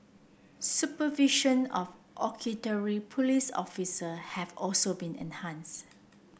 supervision of auxiliary police officer have also been enhanced